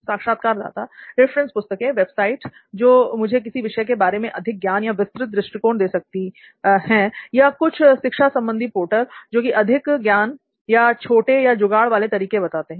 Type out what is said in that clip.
साक्षात्कारदाता रिफरेंस पुस्तकें वेबसाइट जो मुझे किसी विषय के बारे मैं अधिक ज्ञान या विस्तृत दृष्टिकोण दे सकती हूं या कुछ शिक्षा संबंधी पोर्टल जो कि अधिक ज्ञान या छोटे या जुगाड़ वाले तरीके बताते हैं